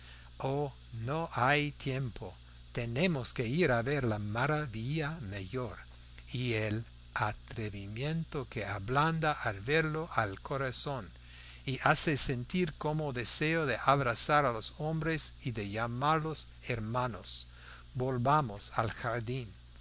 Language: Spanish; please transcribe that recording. oh no hay tiempo tenemos que ir a ver la maravilla mayor y el atrevimiento que ablanda al verlo el corazón y hace sentir como deseo de abrazar a los hombres y de llamarlos hermanos volvamos al jardín